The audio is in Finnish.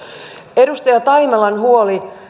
edustaja taimelan huoli